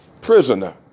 prisoner